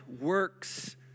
works